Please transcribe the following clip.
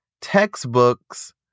textbooks